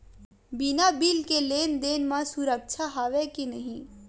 बिना बिल के लेन देन म सुरक्षा हवय के नहीं?